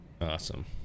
Awesome